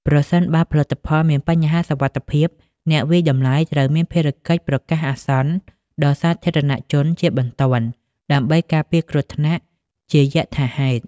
ប្រសិនបើផលិតផលមានបញ្ហាសុវត្ថិភាព អ្នកវាយតម្លៃត្រូវមានភារកិច្ចប្រកាសអាសន្នដល់សាធារណជនជាបន្ទាន់ ដើម្បីការពារគ្រោះថ្នាក់ជាយថាហេតុ។